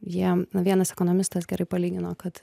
jie vienas ekonomistas gerai palygino kad